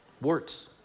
Warts